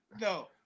No